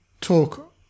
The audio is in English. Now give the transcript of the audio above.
talk